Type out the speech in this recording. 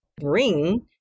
bring